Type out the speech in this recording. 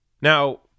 Now